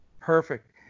Perfect